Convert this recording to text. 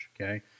Okay